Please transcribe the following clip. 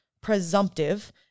presumptive